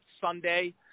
Sunday